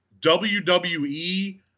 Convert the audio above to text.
WWE